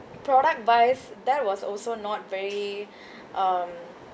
product wise that was also not very um